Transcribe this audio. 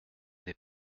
des